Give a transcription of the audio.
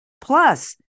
plus